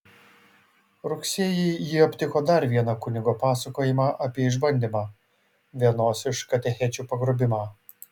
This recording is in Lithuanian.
rugsėjį ji aptiko dar vieną kunigo pasakojimą apie išbandymą vienos iš katechečių pagrobimą